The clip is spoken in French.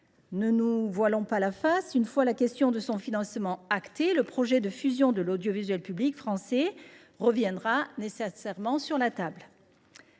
Ne nous voilons pas la face, une fois actée la question de son financement, le projet de fusion de l’audiovisuel public français reviendra nécessairement sur la table.